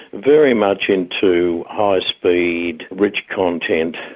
very much into high speed, rich content,